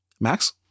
Max